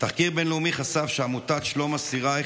תחקיר בין-לאומי חשף שעמותת "שלום אסירייך"